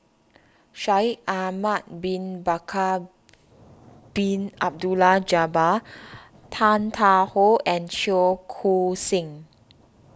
Shaikh Ahmad Bin Bakar Bin Abdullah Jabbar Tan Tarn How and Cheong Koon Seng